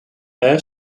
air